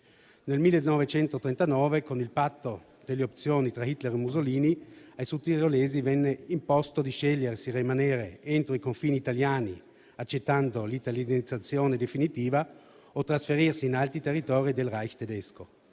Nel 1939, con il Patto di opzione tra Hitler e Mussolini, ai sudtirolesi venne imposto di scegliere se rimanere entro i confini italiani accettando l'italianizzazione definitiva o trasferirsi in altri territori del Reich tedesco.